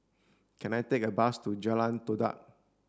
can I take a bus to Jalan Todak